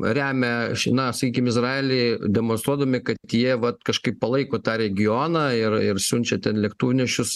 remia šį na sakykim izraelį demonstruodami kad tie vat kažkaip palaiko tą regioną ir ir siunčia ten lėktuvnešius